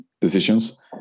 decisions